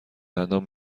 دندان